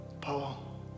Paul